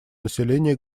населения